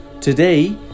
Today